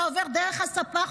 אתה עובר דרך הספה,